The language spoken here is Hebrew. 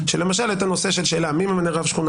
שלמשל את הנושא של שאלה מי ממנה רב שכונה,